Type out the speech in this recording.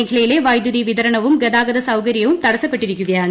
മേഖലയിലെ വൈദ്യുതി വിതരണവും ഗതാഗത സൌകര്യവും തടസ്സപ്പെട്ടിരിക്കുകയാണ്